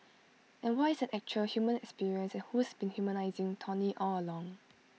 and what is an actual human experience and who's been humanising tony all along